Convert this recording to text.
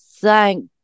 thank